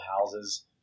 houses